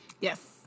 Yes